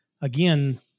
again